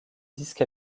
disque